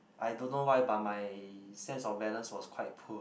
I don't know why but my sense of balance was quite poor